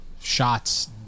shots